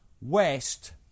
West